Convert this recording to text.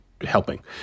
helping